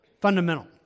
fundamental